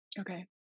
Okay